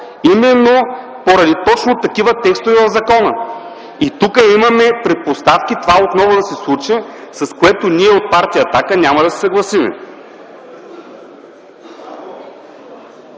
именно поради точно такива текстове в закона. И тук имаме предпоставки това отново да се случи, с което ние от Партия „Атака” няма да се съгласим.